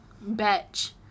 batch